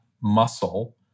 muscle